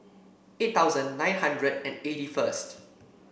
eight thousand nine hundred and eighty first